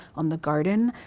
on the garden